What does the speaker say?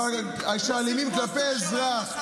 אבל כשאלימים כלפי אזרח,